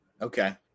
Okay